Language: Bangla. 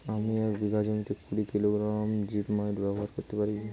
আমি এক বিঘা জমিতে কুড়ি কিলোগ্রাম জিপমাইট ব্যবহার করতে পারি?